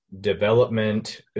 development